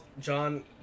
John